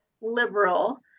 liberal